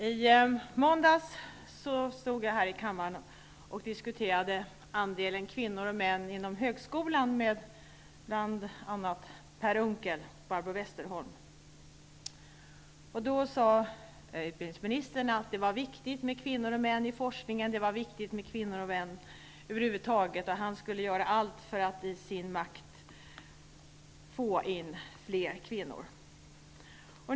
Herr talman! I måndags stod jag här i kammaren och diskuterade andelen kvinnor och män inom högskolan med bl.a. Per Unckel och Barbro Westerholm. Då sade utbildningsministern att det var viktigt med kvinnor och män i forskningen. Det var viktigt med kvinnor och män över huvud taget. Han skulle göra allt som stod i hans makt för att få in fler kvinnor.